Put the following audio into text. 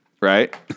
right